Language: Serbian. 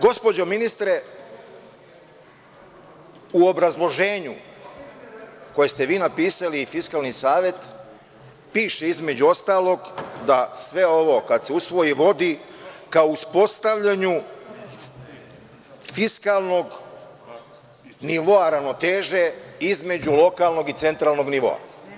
Gospođo ministre, u obrazloženju koje ste vi napisali i Fiskalni savet, piše između ostalog da sve ovo kada se usvoji vodi ka uspostavljanju fiskalnog nivoa ravnoteže između lokalnog i centralnog nivoa.